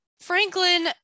Franklin